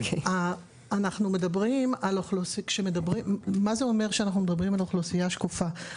מה זה אומר כשאנחנו מדברים על אוכלוסייה שקופה?